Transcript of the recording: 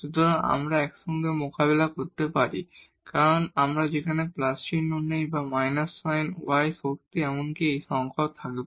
সুতরাং আমরা একসঙ্গে এটি মোকাবিলা করতে পারি কারণ তাই আমরা সেখানে প্লাস চিহ্ন নিই বা মাইনাস সাইন y শক্তি এমনকি একই সংখ্যা থাকবে